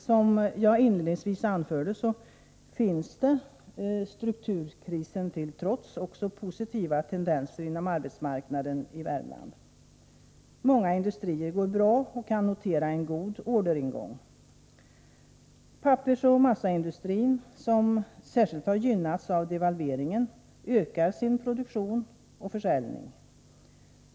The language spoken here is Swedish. Som jag inledningsvis anförde finns det, strukturkrisen till trots, också positiva tendenser när det gäller arbetsmarknaden i Värmland. Många industrier går bra och kan notera en god orderingång. Pappersoch massaindustrin, som särskilt har gynnats av devalveringen, ökar sin produktion och försäljning.